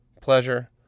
pleasure